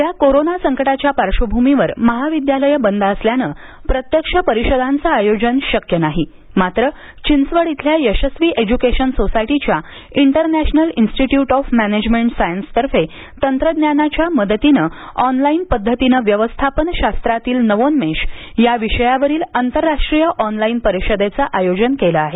सध्या कोरोना संकटाच्या पार्श्वभूमीवर महाविद्यालयं बंद असल्यानं प्रत्यक्ष परिषदांचं आयोजन शक्य नाही मात्र चिंचवड इथल्या यशस्वी एज़्केशन सोसायटीच्या international institute of management science तर्फे तंत्रज्ञानाच्या मदतीन ऑनलाईन पद्धतीनं व्यवस्थापन शास्त्रातील नावोन्मेश या विषयावरील आंतरराष्ट्रीय ऑनलाईन परीषदेचं आयोजन केलं आहे